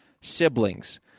siblings